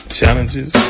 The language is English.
Challenges